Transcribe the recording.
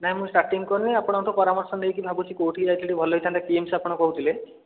ନାହିଁ ମୁଁ ଷ୍ଟାର୍ଟିଂ କରିନି ଆପଣଙ୍କଠୁ ପରାମର୍ଶ ନେଇକି ଭାବୁଛି କେଉଁଠିକି ଯାଇଥିଲେ ଭଲ ହେଇଥାନ୍ତା କିମ୍ସ ଆପଣ କହୁଥିଲେ